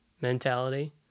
mentality